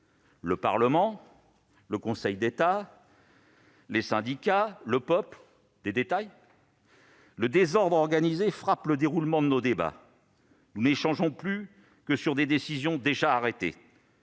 Le Parlement, le Conseil d'État, les syndicats, le peuple ... Ce sont des détails ! Le désordre organisé frappe le déroulement de nos débats. Nous n'échangeons plus que sur des décisions déjà arrêtées.